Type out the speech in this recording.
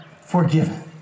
forgiven